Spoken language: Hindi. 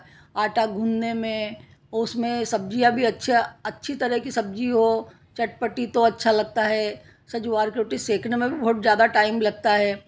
आटा घूनने में उसमें सब्ज़ियाँ भी अच्छा अच्छी तरह की सब्ज़ी हो चटपटी तो अच्छा लगता है स जवार की रोटी सेकने में भी बहुत ज़्यादा टाइम लगता है